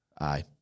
aye